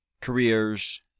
careers